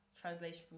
translation